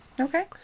Okay